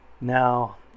Now